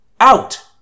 OUT